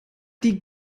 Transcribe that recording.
die